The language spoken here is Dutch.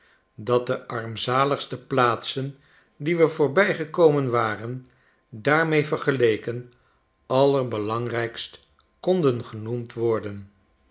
dat de armzaligste plaatsen die we voorbij gekomen waren daarmee vergeleken allerbelangrijkst konden genoemd worden